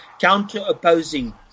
counter-opposing